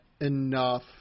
enough